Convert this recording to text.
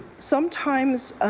sometimes